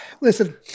listen